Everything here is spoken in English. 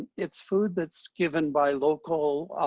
it's food that's given by local